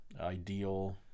ideal